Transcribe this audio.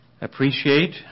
appreciate